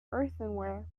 earthenware